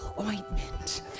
Ointment